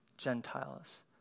Gentiles